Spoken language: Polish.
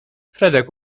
fredek